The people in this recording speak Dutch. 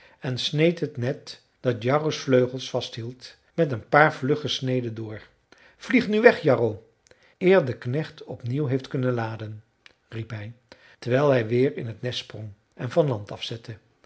en sneed het net dat jarro's vleugels vasthield met een paar vlugge sneden door vlieg nu weg jarro eer de knecht op nieuw heeft kunnen laden riep hij terwijl hij weer in t nest sprong en van land afzette